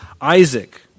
Isaac